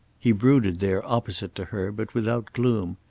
he brooded there opposite to her, but without gloom.